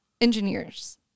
engineers